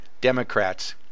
Democrats